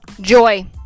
joy